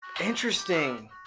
Interesting